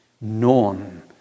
known